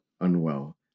unwell